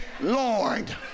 Lord